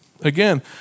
Again